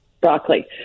broccoli